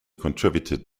contributed